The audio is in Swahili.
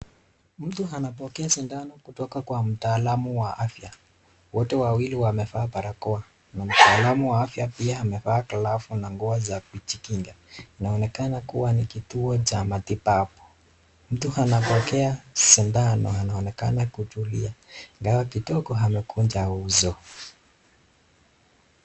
Mtu anapokea sindano kutoka kwa mtaalamu wa afya, wote wawili wamevaa barakoa na mtaalamu wa afya pia amevaa glavu na nguo za kujikinga. Inaonekana kuwa ni kituo cha matibabu. Mtu anapokea sindano anaonekana kutulia ingawa kidogo amekunja uso.